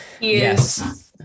Yes